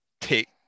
take